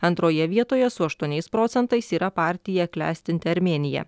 antroje vietoje su aštuoniais procentais yra partija klestinti armėnija